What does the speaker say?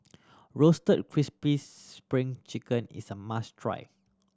Roasted Crispy Spring Chicken is a must try